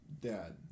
dad